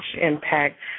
impact